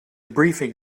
briefing